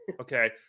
Okay